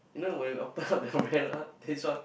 no when we open up the umbrella this one